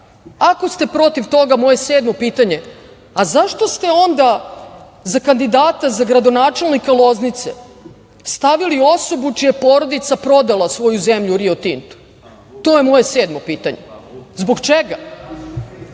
ako ste protiv toga, moje sedmo pitanje je a zašto ste onda za kandidata za gradonačelnika Loznice stavili osobu čija je porodica prodala svoju zemlju Rio Tintu? To je moje sedmo pitanje. Zbog čega? Jel